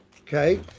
Okay